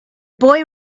boy